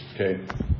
Okay